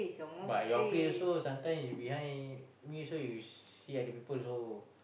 but your place so sometime you behind me so you see other people also